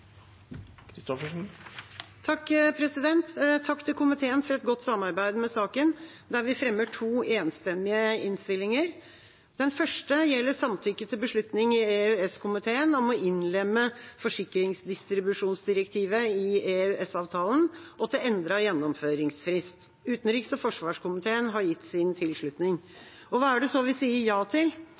minutter. Takk til komiteen for et godt samarbeid om sakene, der vi fremmer to enstemmige innstillinger. Den første gjelder samtykke til beslutning i EØS-komiteen om å innlemme forsikringsdistribusjonsdirektivet i EØS-avtalen, og til endret gjennomføringsfrist. Utenriks- og forsvarskomiteen har gitt sin tilslutning. Hva er det vi sier ja til?